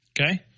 Okay